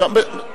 אין